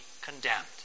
condemned